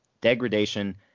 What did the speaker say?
degradation